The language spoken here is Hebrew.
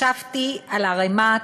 ישבתי על ערימת"